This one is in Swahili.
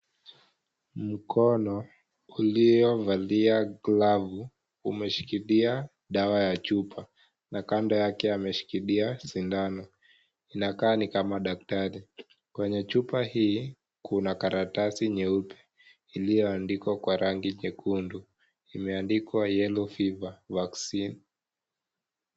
Mkono, uliovalia glavu, umeshikilia, dawa ya chupa, na kando yake ameshikilia, sindano, inakaa ni kama daktari, kwenye chupa hii, kuna karatasi nyeupe, iliyoandikwa kwa rangi nyekundu, imeandikwa, (cs)yellow fever vaccine(cs).